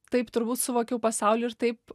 taip turbūt suvokiau pasaulį ir taip